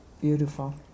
Beautiful